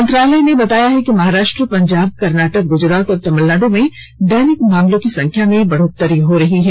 मंत्रालय ने बताया है कि महाराष्ट्र पंजाब कर्नाटक गुजरात और तमिलनाड् में दैनिक मामलों की संख्या में बढ़ोतरी हो रही है